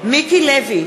מיקי לוי,